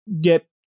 get